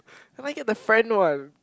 can I get the friend one